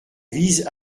vise